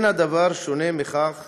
אין הדבר שונה מכך